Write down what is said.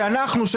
שאנחנו,